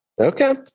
okay